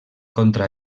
contra